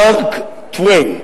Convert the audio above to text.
מארק טוויין,